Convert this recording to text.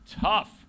tough